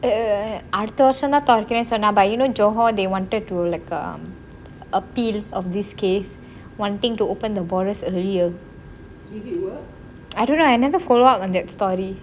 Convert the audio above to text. err அடுத்த வருஷம் தான் திறக்குரேண்டு சொன்னான்:adutha varusham thaan thirakkuraendu sonnaan but you know johor they wanted to like um appeal of this case wanting to open the borders earlier I dono I never follow up on that story